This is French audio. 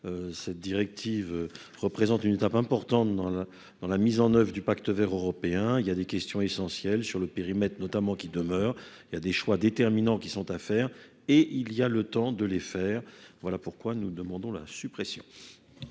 Cette directive représente une étape importante dans la dans la mise en oeuvre du Pacte Vert européen il y a des questions essentielles sur le périmètre notamment qui demeure. Il y a des choix déterminants qui sont à faire et il y a le temps de les faire, voilà pourquoi nous demandons la suppression.--